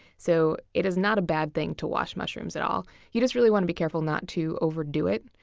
so it is not a bad thing to wash mushrooms at all. you just really want be careful not to overdo it,